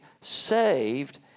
saved